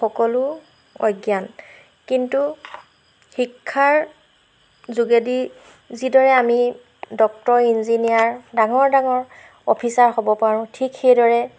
সকলো অজ্ঞান কিন্তু শিক্ষাৰ যোগেদি যিদৰে আমি ডক্টৰ ইঞ্জিনিয়াৰ ডাঙৰ ডাঙৰ অফিচাৰ হ'ব পাৰোঁ ঠিক সেইদৰে